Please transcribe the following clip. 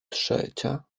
trzecia